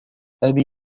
أبي